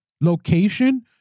location